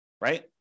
right